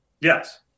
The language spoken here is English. Yes